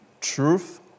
truth